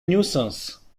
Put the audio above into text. nuisance